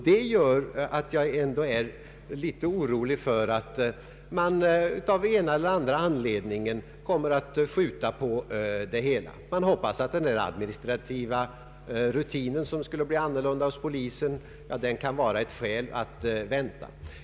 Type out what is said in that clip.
Detta gör att jag är orolig för att man av en eller annan anledning kommer att skjuta på det hela. Man hoppas att den administrativa rutinen, som skall bli annorlunda hos polisen, kan vara ett skäl att vänta.